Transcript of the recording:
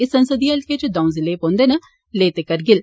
इस संसदीय हल्के च दंऊ जिले पौंदे न लेह ते करगिल